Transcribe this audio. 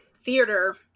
theater